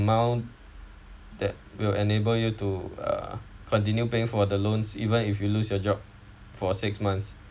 amount that will enable you to uh continue paying for the loans even if you lose your job for six months